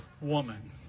woman